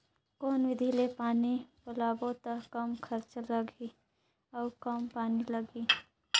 कौन विधि ले पानी पलोबो त कम खरचा लगही अउ कम पानी लगही?